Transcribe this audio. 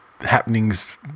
happenings